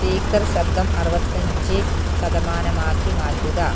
speaker ശബ്ദം അറുപത്തഞ്ച് ശതമാനമാക്കി മാറ്റുക